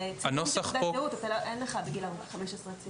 הרי לפני גיל 16 אין לך תעודת זהות.